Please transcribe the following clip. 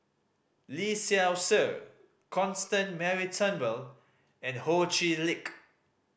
Lee Seow Ser Constance Mary Turnbull and Ho Chee Lick